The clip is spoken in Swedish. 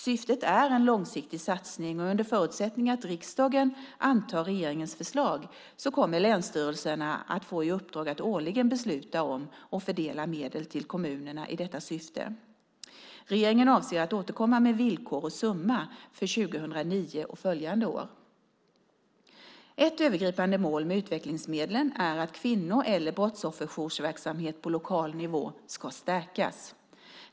Syftet är en långsiktig satsning, och under förutsättning att riksdagen antar regeringens förslag kommer länsstyrelserna att få i uppdrag att årligen besluta om och fördela medel till kommunerna i detta syfte. Regeringen avser att återkomma med villkor och summa för 2009 och följande år. Ett övergripande mål med utvecklingsmedlen är att kvinno eller brottsofferjourverksamhet på lokal nivå ska stärkas.